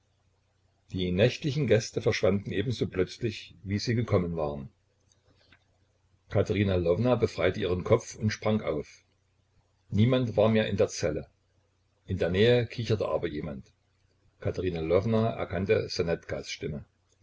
die nächtlichen gäste verschwanden ebenso plötzlich wie sie gekommen waren katerina lwowna befreite ihren kopf und sprang auf niemand war mehr in der zelle in der nähe kicherte aber jemand katerina lwowna erkannte ssonetkas stimme